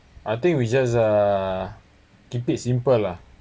I think we just uh keep it simple lah